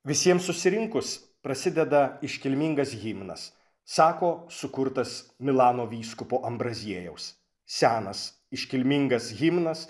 visiems susirinkus prasideda iškilmingas himnas sako sukurtas milano vyskupo ambraziejaus senas iškilmingas himnas